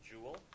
jewel